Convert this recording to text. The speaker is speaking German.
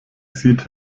sieht